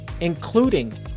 including